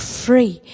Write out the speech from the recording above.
free